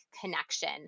connection